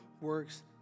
works